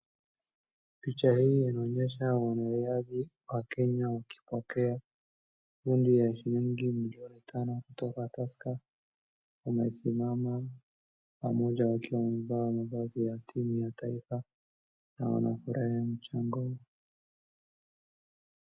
Picha hii inaonyesha wanariadhi wa kenya wakipokea bundi ya shilingi milioni tano kutoka tusker . Wamesimama pamoja wakiwa wamevaa mavazi ya timu ya taifa na wanafurahia mchango huu.